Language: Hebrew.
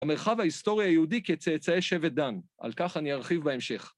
המרחב ההיסטורי היהודי כצאצאי שבט דן, על כך אני ארחיב בהמשך.